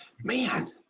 man